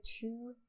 two